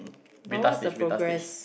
but what's the progress